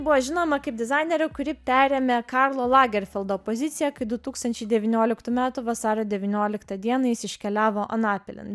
buvo žinoma kaip dizainerė kuri perėmė karlo lagerfeldo poziciją kai du tūkstančiai devynioliktų metų vasario devynioliktą dieną jis iškeliavo anapilin